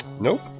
nope